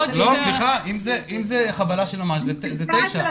סליחה, אם זו חבלה של ממש, זה תשע שנים.